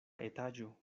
etaĝo